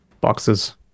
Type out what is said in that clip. boxes